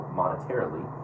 monetarily